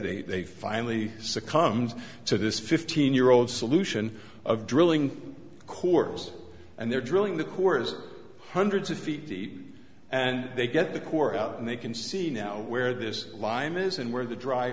they they finally succumbed to this fifteen year old solution of drilling cores and they're drilling the cores hundreds of feet deep and they get the core out and they can see now where this line is and where the dry